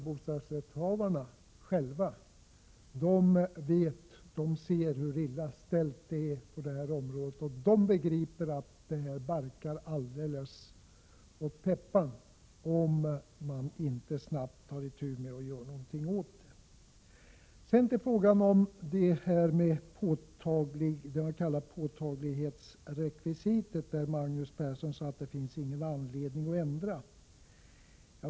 Bostadsrättshavarna själva ser ju hur illa ställt det är på det här området och begriper att det barkar åt skogen om vi inte snabbt tar itu med situationen och gör någonting. Sedan till frågan om det s.k. påtaglighetsrekvisitet. Magnus Persson sade att det inte finns någon anledning till ändring här.